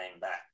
back